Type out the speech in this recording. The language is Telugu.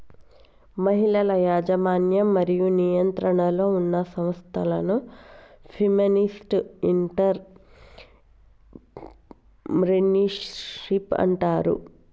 మహిళల యాజమాన్యం మరియు నియంత్రణలో ఉన్న సంస్థలను ఫెమినిస్ట్ ఎంటర్ ప్రెన్యూర్షిప్ అంటారు